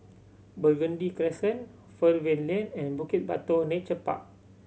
Burgundy Crescent Fernvale Lane and Bukit Batok Nature Park